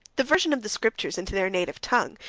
the version of the scriptures into their native tongue,